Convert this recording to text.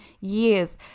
years